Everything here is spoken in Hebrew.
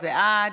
בעד,